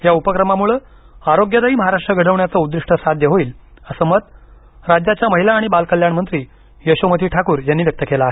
या उपक्रमामुळे आरोग्यदायी महाराष्ट्र घडवण्याचं उद्दिष्ट साध्य होईल असं मत राज्याच्या महिला आणि बाल कल्याण मंत्री यशोमती ठाकूर यांनी व्यक्त केलं आहे